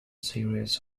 series